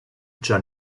già